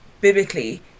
biblically